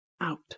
out